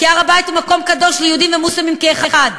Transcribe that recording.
כי הר-הבית הוא מקום קדוש ליהודים ומוסלמים כאחד.